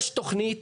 יש תוכנית.